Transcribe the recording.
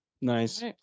nice